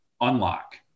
unlock